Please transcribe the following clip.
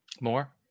more